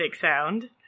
sound